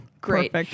Great